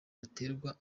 aterwa